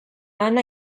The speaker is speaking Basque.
ana